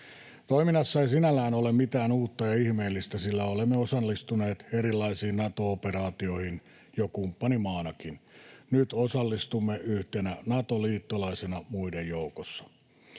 Toiminnassa ei sinällään ole mitään uutta ja ihmeellistä, sillä olemme osallistuneet erilaisiin Nato-operaatioihin jo kumppanimaanakin — nyt osallistumme yhtenä Nato-liittolaisena muiden joukossa.